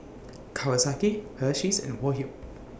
Kawasaki Hersheys and Woh Hup